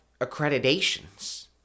accreditations